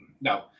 No